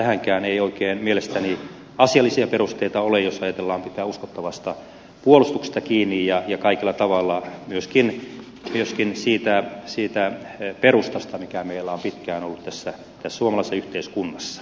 tähänkään ei oikein mielestäni asiallisia perusteita ole jos ajatellaan pitää uskottavasta puolustuksesta kiinni ja kaikella tavalla myöskin siitä perustasta mikä meillä on pitkään ollut tässä suomalaisessa yhteiskunnassa